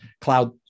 cloud